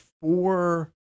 four